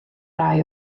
rai